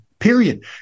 Period